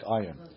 iron